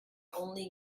only